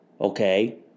Okay